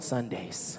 Sundays